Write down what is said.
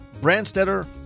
Branstetter